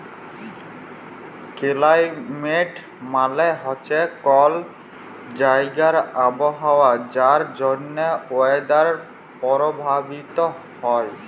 climate মালে হছে কল জাইগার আবহাওয়া যার জ্যনহে ওয়েদার পরভাবিত হ্যয়